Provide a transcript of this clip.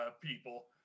people